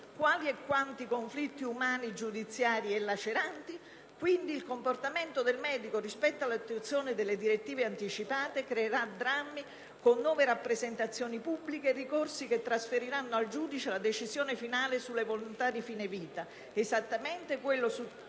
Quali e quanti conflitti umani, giudiziari, laceranti? Quindi il comportamento del medico rispetto l'attuazione delle direttive anticipate creerà drammi, con nuove rappresentazioni pubbliche, e ricorsi che trasferiranno al giudice la decisione finale sulle volontà di fine vita, esattamente quello su